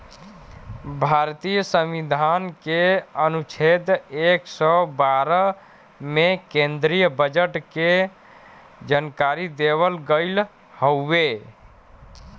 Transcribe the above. भारतीय संविधान के अनुच्छेद एक सौ बारह में केन्द्रीय बजट के जानकारी देवल गयल हउवे